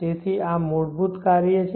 તેથી આ મૂળભૂત કાર્ય છે